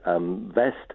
vest